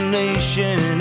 nation